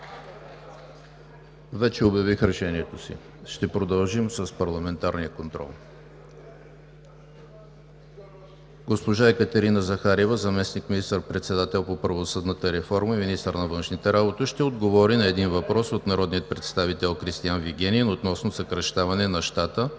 Вече обявих решението си. Ще продължим с парламентарния контрол. Госпожа Екатерина Захариева – заместник министър-председател по правосъдната реформа и министър на външните работи ще отговори на един въпрос от народния представител Кристиан Вигенин относно съкращаване на щата